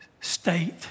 state